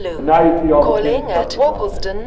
and now you see all the pins start to drop in.